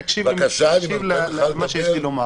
תקשיב למה שיש לי לומר.